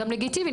גם לגיטימי,